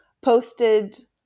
posted